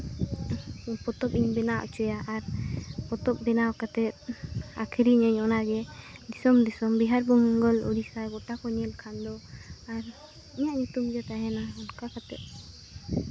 ᱯᱚᱛᱚᱵ ᱤᱧ ᱵᱮᱱᱟᱣ ᱦᱚᱪᱚᱭᱟ ᱟᱨ ᱯᱚᱛᱚᱵ ᱵᱮᱱᱟᱣ ᱠᱟᱛᱮ ᱟᱹᱠᱷᱨᱤᱧᱟᱹᱧ ᱚᱱᱟ ᱜᱮ ᱫᱤᱥᱚᱢ ᱫᱤᱥᱚᱢ ᱵᱤᱦᱟᱨ ᱵᱮᱝᱜᱚᱞ ᱳᱰᱤᱥᱟ ᱜᱚᱴᱟ ᱠᱚ ᱧᱮᱞ ᱠᱷᱟᱱ ᱫᱚ ᱟᱨ ᱤᱧᱟᱹᱜ ᱧᱩᱛᱩᱢ ᱜᱮ ᱛᱟᱦᱮᱱᱟ ᱚᱱᱠᱟ ᱠᱟᱛᱮ